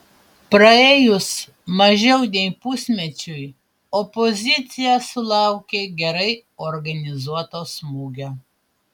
praėjus mažiau nei pusmečiui opozicija sulaukė gerai organizuoto smūgio